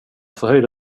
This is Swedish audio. förhöjde